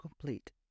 complete